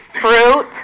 fruit